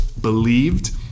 believed